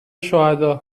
شهداء